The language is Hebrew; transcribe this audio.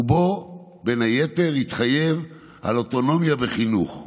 ובו בין היתר התחייב לאוטונומיה בחינוך,